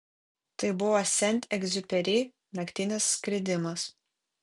tai buvo sent egziuperi naktinis skridimas